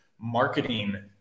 marketing